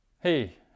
Hey